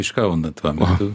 iš kauno tuo metu